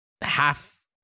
half